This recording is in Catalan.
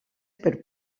per